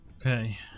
Okay